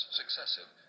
successive